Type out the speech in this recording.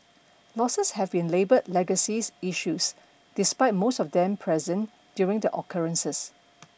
losses have been labelled Legacy Issues despite most of them present during the occurrences